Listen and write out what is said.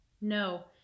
No